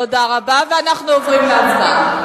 תודה רבה, ואנחנו עוברים להצבעה.